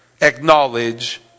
acknowledge